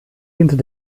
hinter